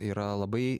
yra labai